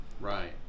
Right